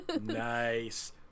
Nice